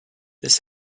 this